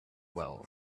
well